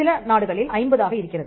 சில நாடுகளில் 50 ஆக இருக்கிறது